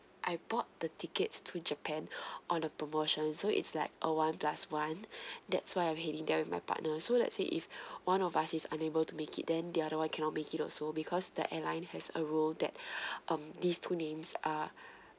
I bought the tickets to japan on a promotion so it's like a one plus one that's why I'm heading there with my partner so let's say if one of us is unable to make it then the another one cannot make it also because the airline has a rule that um these two names are